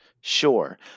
Sure